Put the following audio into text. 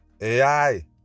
AI